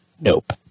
nope